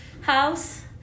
house